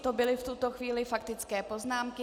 To byly v tuto chvíli faktické poznámky.